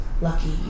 Lucky